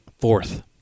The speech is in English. Fourth